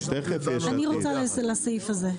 אני רוצה לסעיף הזה.